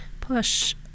push